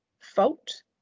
fault